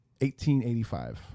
1885